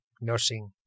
nursing